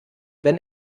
wenn